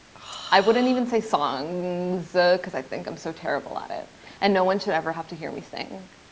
i wouldn't even say songs though because i think i'm so terrible at it and no one should ever have to hear me sing.